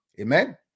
Amen